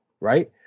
right